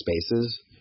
spaces